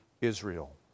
Israel